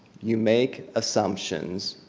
you make assumptions,